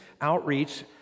outreach